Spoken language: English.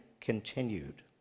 continued